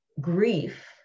grief